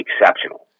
exceptional